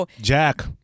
Jack